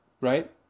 right